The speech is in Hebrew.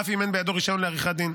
אף אם אין בידו רישיון לעריכת דין.